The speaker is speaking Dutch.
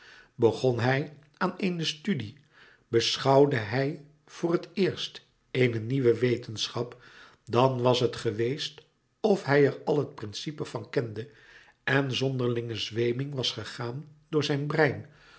begon hij aan eene studie beschouwde hij voor het eerst eene nieuwe wetenschap dan was het geweest of hij er al het principe van kende en zonderlinge zweeming was gegaan door zijn brein